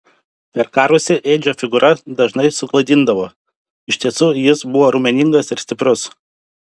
perkarusi edžio figūra dažnai suklaidindavo iš tiesų jis buvo raumeningas ir stiprus